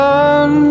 Run